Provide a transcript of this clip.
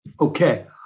Okay